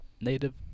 native